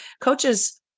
coaches